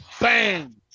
bang